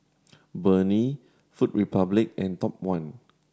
Burnie Food Republic and Top One